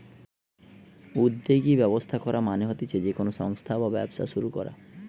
উদ্যোগী ব্যবস্থা করা মানে হতিছে যে কোনো সংস্থা বা ব্যবসা শুরু করা